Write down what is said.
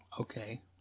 okay